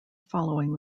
following